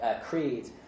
creed